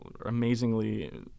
amazingly